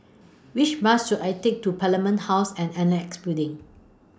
Which Bus should I Take to Parliament House and Annexe Building